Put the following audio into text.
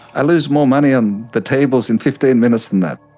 i lose more money on the tables in fifteen minutes than that.